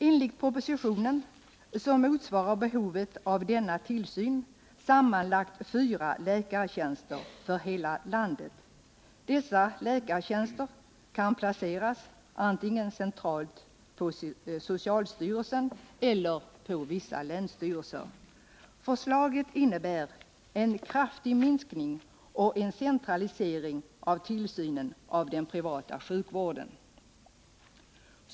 Enligt propositionen motsvarar behovet av denna tillsyn sammanlagt fyra läkartjänster för hela landet. Dessa läkartjänster kan placeras antingen centralt på socialstyrelsen eller på vissa länsstyrelser. Förslaget innebär en kraftig minskning och en centralisering av tillsynen av den privata sjukvården.